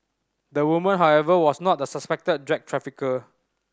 the woman however was not the suspected drug trafficker